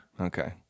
okay